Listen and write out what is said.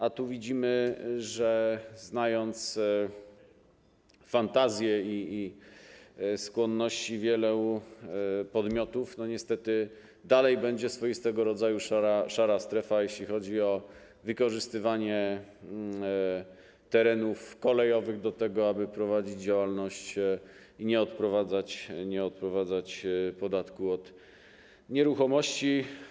A tu widzimy, znając fantazję i skłonności wielu podmiotów, że niestety dalej będzie swoistego rodzaju szara strefa, jeśli chodzi o wykorzystywanie terenów kolejowych do tego, aby prowadzić działalność i nie odprowadzać podatku od nieruchomości.